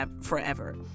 forever